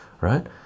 right